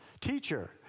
Teacher